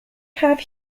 have